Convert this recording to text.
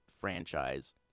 franchise